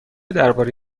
درباره